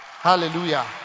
Hallelujah